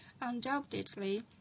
Undoubtedly